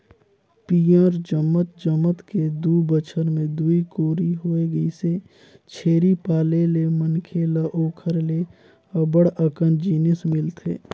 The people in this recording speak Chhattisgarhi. पियंर जमत जमत के दू बच्छर में दूई कोरी होय गइसे, छेरी पाले ले मनखे ल ओखर ले अब्ब्ड़ अकन जिनिस मिलथे